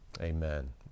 amen